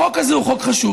החוק הזה הוא חשוב,